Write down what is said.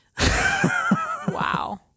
Wow